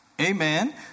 Amen